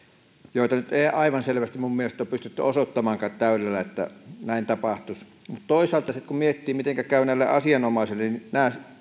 joita minun mielestäni ei nyt aivan selvästi ole pystytty osoittamaankaan täydelleen että näin tapahtuisi mutta toisaalta kun miettii mitenkä käy asianomaisille niin he